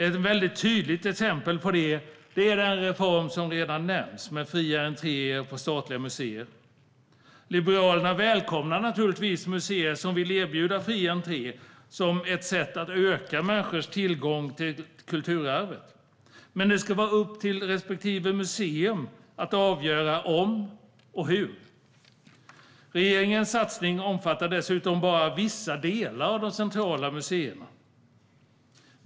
Ett väldigt tydligt exempel på detta är den reform som redan har nämnts här med fria entréer på statliga museer. Liberalerna välkomnar naturligtvis de museer som vill erbjuda fri entré som ett sätt att öka människors tillgång till kulturarvet, men det ska vara upp till respektive museum att avgöra om och hur. Regeringens satsning omfattar dessutom bara vissa delar av de centrala museerna.